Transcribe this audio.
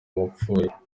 wapfuye